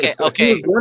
okay